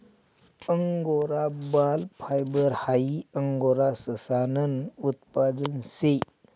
angora बाल fibre हाई angora ससानं उत्पादन शे